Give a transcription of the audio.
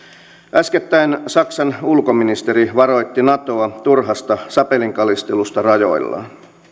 äskettäin saksan ulkoministeri varoitti natoa turhasta sapelinkalistelusta rajoillaan